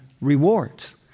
rewards